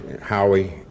Howie